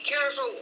careful